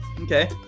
Okay